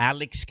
Alex